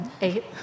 Eight